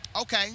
okay